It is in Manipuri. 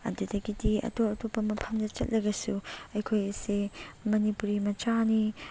ꯑꯗꯨꯗꯒꯤꯗꯤ ꯑꯇꯣꯞ ꯑꯇꯣꯞꯄ ꯃꯐꯝꯗ ꯆꯠꯂꯒꯁꯨ ꯑꯩꯈꯣꯏ ꯑꯁꯤ ꯃꯅꯤꯄꯨꯔꯤ ꯃꯆꯥꯅꯤ